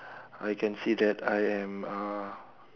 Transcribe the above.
I can see that I am uh